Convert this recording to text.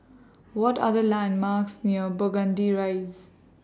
What Are The landmarks near Burgundy Rise